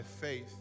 faith